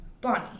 Bonnie